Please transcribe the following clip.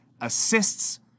assists